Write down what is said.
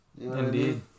indeed